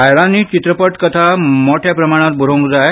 बायलांनी चित्रपट था व्हड प्रमालणांत बरोवंक जाय